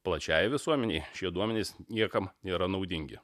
plačiajai visuomenei šie duomenys niekam nėra naudingi